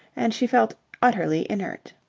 and she felt utterly inert.